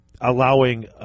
allowing